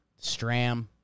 Stram